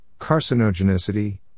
carcinogenicity